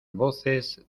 voces